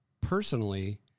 Personally